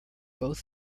both